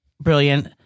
brilliant